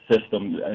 system